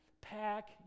pack